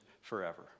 forever